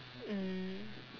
mm